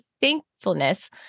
thankfulness